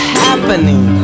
happening